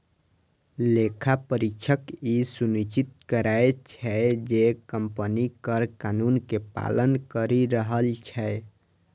लेखा परीक्षक ई सुनिश्चित करै छै, जे कंपनी कर कानून के पालन करि रहल छै